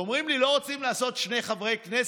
תמיד את נותנת לי להוסיף את הדקה הזאת.